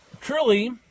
truly